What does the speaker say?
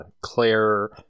Claire